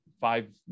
five